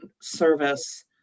service